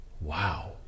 Wow